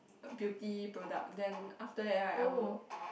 beauty product then after that right I will